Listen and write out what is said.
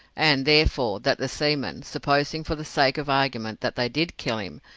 and, therefore, that the seamen, supposing for the sake of argument that they did kill him,